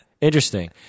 interesting